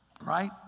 right